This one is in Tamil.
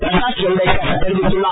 பிரகாஷ் ஜவுடேகர் தெரிவித்துள்ளார்